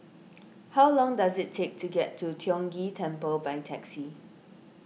how long does it take to get to Tiong Ghee Temple by taxi